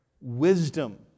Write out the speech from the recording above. wisdom